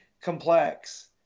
complex